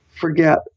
forget